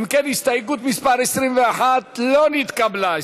אם כן, הסתייגות מס' 21 לא נתקבלה.